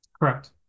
Correct